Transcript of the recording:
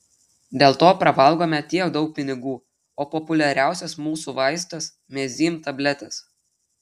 dėl to pravalgome tiek daug pinigų o populiariausias mūsų vaistas mezym tabletės